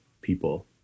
people